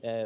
dem